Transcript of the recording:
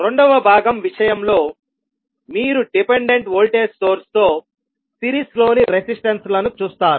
రెండవ భాగం విషయంలో మీరు డిపెండెంట్ వోల్టేజ్ సోర్స్ తో సిరీస్లోని రెసిస్టన్స్ లను చూస్తారు